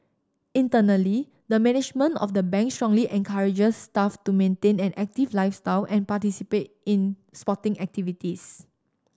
internally the management of the Bank strongly encourages staff to maintain an active lifestyle and participate in sporting activities